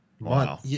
Wow